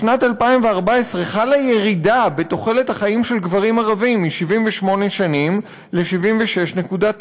בשנת 2014 חלה ירידה בתוחלת החיים של גברים ערבים מ-78 שנים ל-76.9,